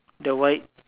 the white